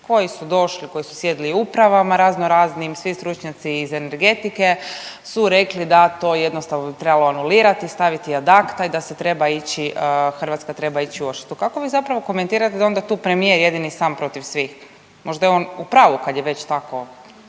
koji su došli, koji su sjedili u upravama raznoraznim, svi stručnjaci iz energetike su rekli da to jednostavno bi trebalo anulirati i staviti ad acta i da se treba ići Hrvatska treba ići u odštetu. Kako vi zapravo komentirate da je onda tu premijer jedini sam protiv svih? Možda je on u pravu kad je već tako